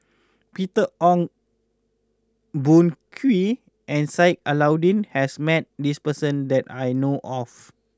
Peter Ong Boon Kwee and Sheik Alau'ddin has met this person that I know of